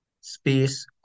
space